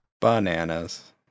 Bananas